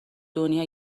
دنیا